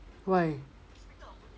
why